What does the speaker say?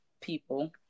people